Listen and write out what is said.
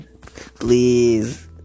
Please